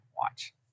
Watch